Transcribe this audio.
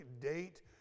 date